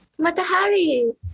Matahari